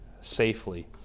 safely